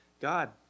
God